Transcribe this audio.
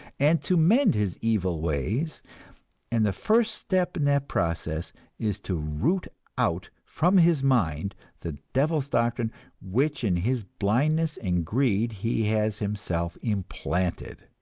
and to mend his evil ways and the first step in that process is to root out from his mind the devil's doctrine which in his blindness and greed he has himself implanted,